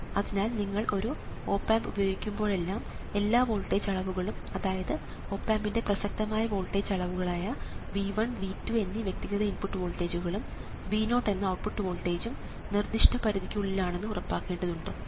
അതിനാൽ നിങ്ങൾ ഒരു ഓപ് ആമ്പ് ഉപയോഗിക്കുമ്പോഴെല്ലാം എല്ലാ വോൾട്ടേജ് അളവുകളും അതായത് ഓപ് ആമ്പന്റെ പ്രസക്തമായ വോൾട്ടേജ് അളവുകളായ V1 V2 എന്നീ വ്യക്തിഗത ഇൻപുട്ട് വോൾട്ടേജുകളും V0 എന്ന ഔട്ട്പുട്ട് വോൾട്ടേജും നിർദ്ദിഷ്ട പരിധിക്കുള്ളിലാണെന്ന് ഉറപ്പാക്കേണ്ടതുണ്ട്